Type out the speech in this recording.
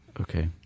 Okay